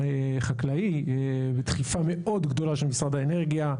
החקלאי בדחיפה מאוד גדולה של משרד האנרגיה.